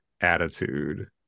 attitude